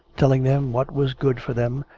telling them what was good for them,